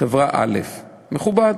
חברה א', מכובד.